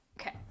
Okay